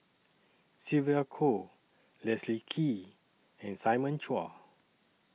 Sylvia Kho Leslie Kee and Simon Chua